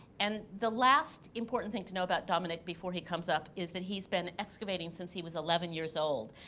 and the last important thing to know about dominic before he comes up is that he's been excavating since he was eleven years old.